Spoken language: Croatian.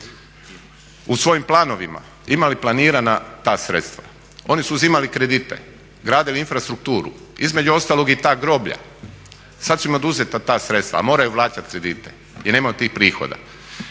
u svojim planovima imali planirana ta sredstva. Oni su uzimali kredite, gradili infrastrukturu, između ostalog i ta groblja. Sad su im oduzeta ta sredstva, a moraju vraćati kredite jer nemaju tih prihoda.